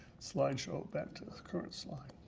slideshow, back to this current slide.